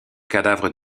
cadavre